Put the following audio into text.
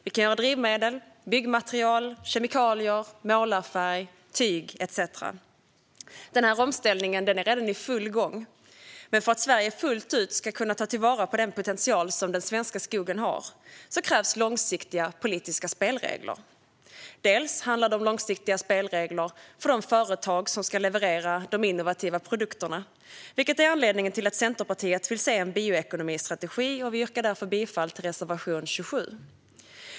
Vi kan göra drivmedel, byggmaterial, kemikalier, målarfärg, tyg etcetera. Denna omställning är redan i full gång, men för att Sverige fullt ut ska kunna ta vara på den potential som den svenska skogen har krävs långsiktiga politiska spelregler. Det handlar om långsiktiga spelregler för de företag som ska leverera de innovativa produkterna från skogen, vilket är anledningen till att Centerpartiet vill se en bioekonomistrategi. Vi yrkar därför bifall till reservation 27.